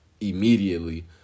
immediately